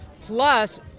plus